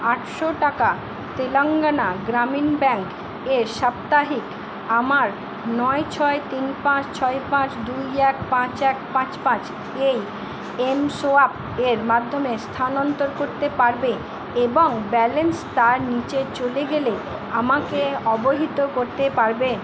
আটশো টাকা তেলেঙ্গানা গ্রামীণ ব্যাংক এ সাপ্তাহিক আমার নয় ছয় তিন পাঁচ ছয় পাঁচ দুই এক পাঁচ এক পাঁচ পাঁচ এই এমসোয়াইপের মাধ্যমে স্থানান্তর করতে পারবে এবং ব্যালেন্স তার নিচে চলে গেলে আমাকে অবহিত করতে পারবে